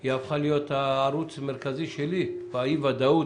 היא הפכה להיות הערוץ המרכזי שלי באי ודאות,